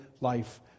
life